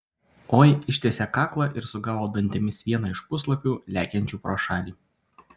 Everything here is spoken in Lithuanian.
oi ištiesė kaklą ir sugavo dantimis vieną iš puslapių lekiančių pro šalį